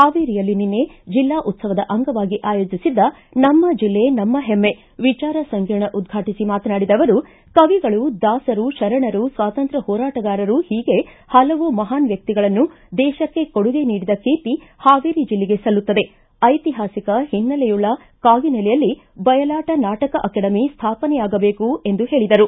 ಹಾವೇರಿಯಲ್ಲಿ ನಿನ್ನೆ ಜಿಲ್ಲಾ ಉತ್ಸವದ ಅಂಗವಾಗಿ ಅಯೋಜಿಸಿದ್ದ ನಮ್ಮ ಜಿಲ್ಲೆ ನಮ್ಮ ಪೆಮ್ಮೆ ವಿಚಾರ ಸಂಕಿರಣ ಉದ್ಘಾಟಿಸಿ ಮಾತನಾಡಿದ ಅವರು ಕವಿಗಳು ದಾಸರು ಶರಣರು ಸ್ವಾತಂತ್ರ್ಯ ಹೋರಾಟಗಾರರು ಹೀಗೆ ಪಲವು ಮಹಾನ್ ವ್ಯಕ್ತಿಗಳನ್ನು ದೇಶಕ್ಕೆ ಕೊಡುಗೆ ನೀಡಿದ ಕೀರ್ತಿ ಹಾವೇರಿ ಜಿಲ್ಲೆಗೆ ಸಲ್ಲುತ್ತದೆ ಐತಿಹಾಸಿಕ ಹಿನ್ನೆಲೆಯುಳ್ಳ ಕಾಗಿನೆಲೆಯಲ್ಲಿ ಬಯಲಾಟ ನಾಟಕ ಅಕಾಡೆಮಿ ಸ್ವಾಪನೆಯಾಬೇಕು ಎಂದು ಪೇಳಿದರು